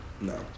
No